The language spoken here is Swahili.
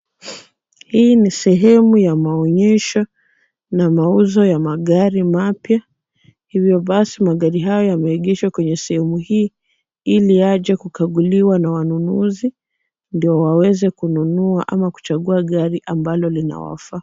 Hii ni sehemu ya maonyesho na mauzo ya magari mapya. Hivyo basi magari hayo yameegeshwa kwenye sehemu hii ili yaje kukaguliwa na wanunuzi ndio waweze kununua ama kuchagua gari ambalo linawafaa.